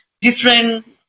different